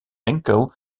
enkel